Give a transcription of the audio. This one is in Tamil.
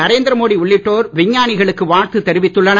நரேந்திர மோடி உள்ளிட்டோர் விஞ்ஞானிகளுக்கு வாழ்த்து தெரிவித்துள்ளனர்